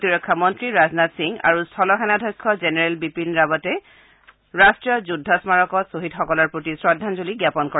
প্ৰতিৰক্ষা মন্নী ৰাজনাথ সিং আৰু স্থল সেনাধ্যক্ষ জেনেৰেল বিপিন ৰাৱাটে ৰাষ্ট্ৰীয় যুদ্ধ স্মাৰকত শ্বহীদসকলৰ প্ৰতি শ্ৰদ্ধাঞ্জলি জ্ঞাপন কৰে